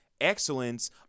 excellence